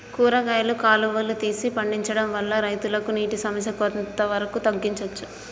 కూరగాయలు కాలువలు తీసి పండించడం వల్ల రైతులకు నీటి సమస్య కొంత వరకు తగ్గించచ్చా?